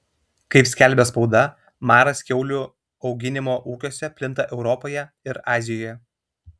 kaip skelbia spauda maras kiaulių auginimo ūkiuose plinta europoje ir azijoje